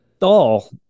doll